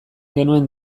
genuen